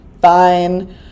fine